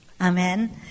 Amen